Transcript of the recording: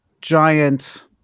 giant